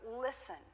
listen